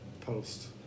post